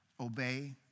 obey